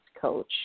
coach